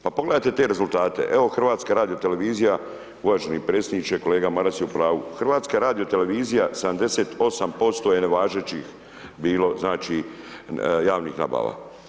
Pa pogledajte te rezultate, evo HRT, uvaženi predsjedniče, kolega Maras je u pravu, HRT 78% je nevažećih bilo javnih nabava.